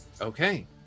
Okay